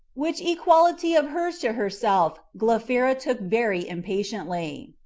which equality of hers to herself glaphyra took very impatiently.